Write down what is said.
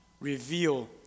Reveal